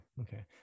Okay